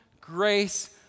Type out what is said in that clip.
grace